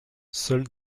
seules